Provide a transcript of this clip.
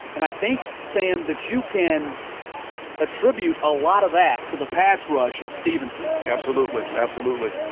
and i think, sam that you can attribute a lot of that to the pass rush of stephenson. absolutely. absolutely.